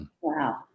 Wow